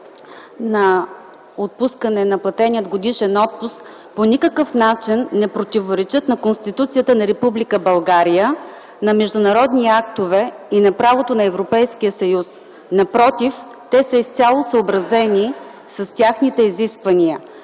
на отпускане на платения годишен отпуск по никакъв начин не противоречат на Конституцията на Република България, на международни актове и на правото на Европейския съюз. Напротив, те са изцяло съобразени с техните изисквания.